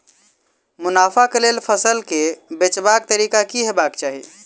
मुनाफा केँ लेल फसल केँ बेचबाक तरीका की हेबाक चाहि?